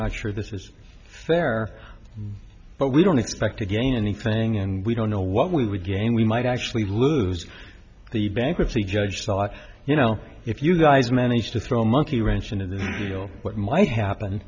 not sure this is fair but we don't expect to gain anything and we don't know what we would gain we might actually lose the bankruptcy judge thought you know if you guys manage to throw a monkey wrench into the deal what might happen